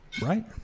Right